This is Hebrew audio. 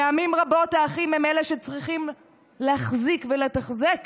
פעמים רבות האחים הם שצריכים להחזיק ולתחזק